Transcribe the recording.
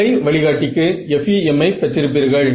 அலை வழிகாட்டிக்கு FEM ஐ பெற்றிருப்பீர்கள்